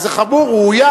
שאז זה חמור, הוא אוים.